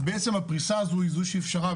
ובעצם הפריסה הזו היא זו שאפשרה,